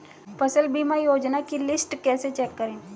फसल बीमा योजना की लिस्ट कैसे चेक करें?